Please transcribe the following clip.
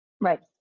Right